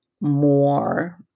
more